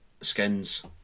skins